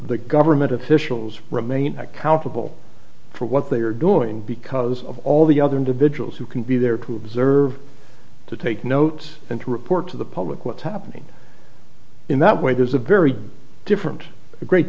the government officials remain accountable for what they are doing because of all the other individuals who can be there to observe to take notes and to report to the public what's happening in that way there's a very different great